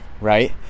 right